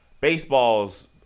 baseball's